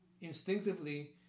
instinctively